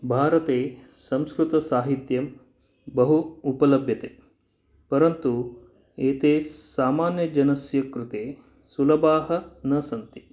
भारते संस्कृतसाहित्यं बहु उपलभ्यते परन्तु एते सामान्यजनस्य कृते सुलभाः न सन्ति